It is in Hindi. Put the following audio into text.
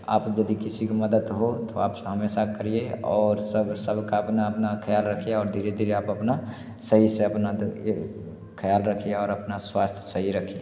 आप यदि किसी कि मदद हो आप हमेशा करिए और सब सब का अपना अपना ख़याल रखिए और धीरे धीरे आप अपना सही से अपना तो ये ख़याल रखिए और अपना स्वास्थ्य सही रखिए